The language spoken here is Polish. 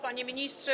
Panie Ministrze!